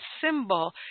symbol